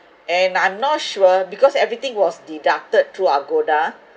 and I'm not sure because everything was deducted through agoda